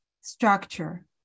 structure